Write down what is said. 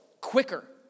quicker